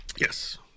yes